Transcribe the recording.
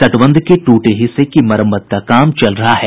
तटबंध के टूटे हुए हिस्से के मरम्मत का काम चल रहा है